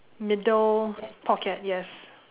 middle pocket yes